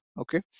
okay